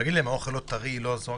להגיד שהאוכל לא טרי וכו'.